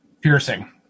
Piercing